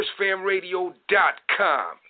FirstFamRadio.com